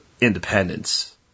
independence